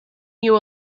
knew